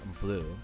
Blue